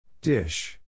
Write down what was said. Dish